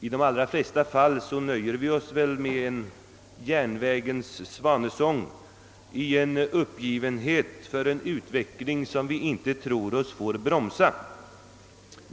I de allra flesta fall nöjer vi oss väl med en järnvägens svanesång, i en stämning av uppgivenhet inför en utveckling som vi tror inte får bromsas.